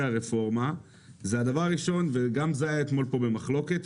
הרפורמה זה הדבר הראשון וגם זה היה אתמול פה במחלוקת,